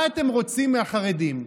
מה אתם רוצים מהחרדים?